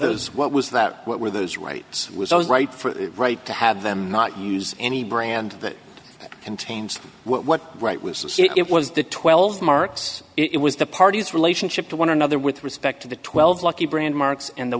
those what was that what were those rights was i was right for the right to have them not use any brand that contains what right was it was the twelve marks it was the party's relationship to one another with respect to the twelve lucky brand marks and the